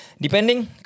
Depending